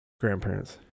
grandparents